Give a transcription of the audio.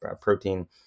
protein